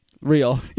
Real